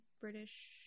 British